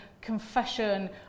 confession